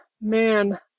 man